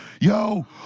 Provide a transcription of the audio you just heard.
yo